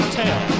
tell